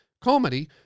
comedy